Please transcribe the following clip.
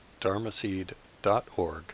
dharmaseed.org